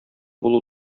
булу